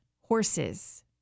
horses